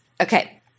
Okay